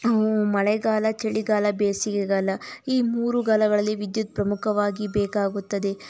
ಮಳೆಗಾಲ ಚಳಿಗಾಲ ಬೇಸಿಗೆಗಾಲ ಈ ಮೂರೂ ಕಾಲಗಳಲ್ಲಿ ವಿದ್ಯುತ್ ಪ್ರಮುಖವಾಗಿ ಬೇಕಾಗುತ್ತದೆ